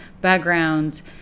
backgrounds